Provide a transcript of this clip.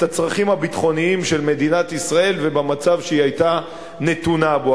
הצרכים הביטחוניים של מדינת ישראל ובמצב שהיא היתה נתונה בו,